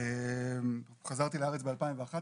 חזרתי לארץ ב-2011